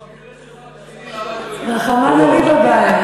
במקרה שלך ושלי למדנו ליבה.